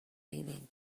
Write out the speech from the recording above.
leaving